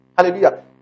Hallelujah